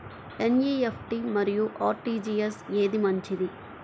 NEFT మరియు RTGS ఏది మంచిది?